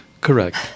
Correct